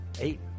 eight